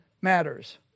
matters